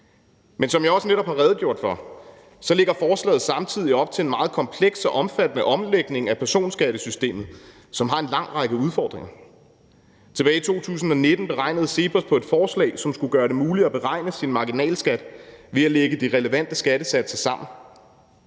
Men som jeg også netop har redegjort for, lægger forslaget samtidig op til en meget kompleks og omfattende omlægning af personskattesystemet, som har en lang række udfordringer. Tilbage i 2019 regnede CEPOS på et forslag, som skulle gøre det muligt at beregne sin marginalskat ved at lægge de relevante skattesatser sammen.